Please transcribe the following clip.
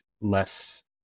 less